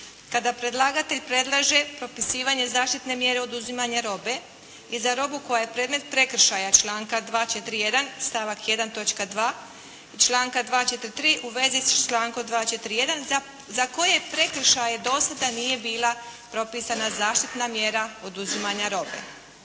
kada predlagatelj predlaže propisivanje zaštitne mjere oduzimanja robe i za robu koja je predmet prekršaja iz članka 241. stavak 1. točka 2. i članak 243. u vezi s člankom 241. za koje prekršaje do sada nije bila propisana zaštitna mjera oduzimanja robe.